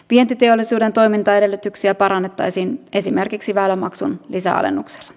vientiteollisuuden toimintaedellytyksiä parannettaisiin esimerkiksi väylämaksun lisäalennuksilla